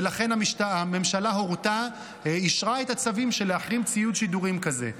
ולכן הממשלה אישרה את הצווים להחרים ציוד שידורים כזה.